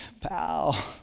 pal